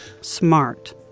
smart